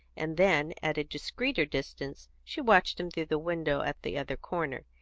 and then, at a discreeter distance, she watched him through the window at the other corner,